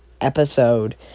episode